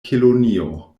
kelonio